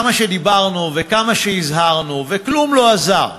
כמה שדיברנו וכמה שהזהרנו וכלום לא עזר.